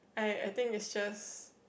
I I think is just